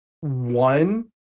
One